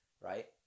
right